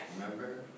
remember